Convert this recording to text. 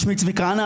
שמי צבי כהנא.